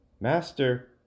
Master